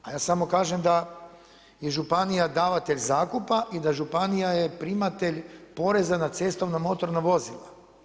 A ja samo kažem da je županija davatelj zakupa i da županija je primatelj poreza na cestovna motorna vozila.